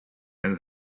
and